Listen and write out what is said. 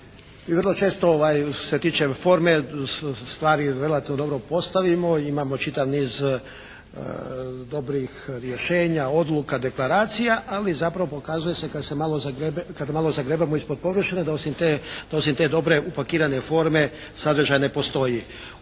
vrlo često što se tiče forme stvari relativno dobro postavimo, imamo čitav niz dobrih rješenja, odluka, deklaracija, ali zapravo pokazuje se kad se malo zagrebe, kad malo zagrebemo ispod površine da osim te dobre upakirane forme sadržaj ne postoji.